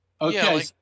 okay